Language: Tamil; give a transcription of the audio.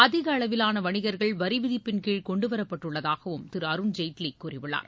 அதிக அளவிலான வணிகர்கள் வரி விதிப்பின்கீழ் கொண்டுவரப்பட்டுள்ளதாகவும் திரு அருண்ஜேட்லி கூறியுள்ளார்